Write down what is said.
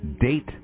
date